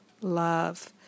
love